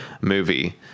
movie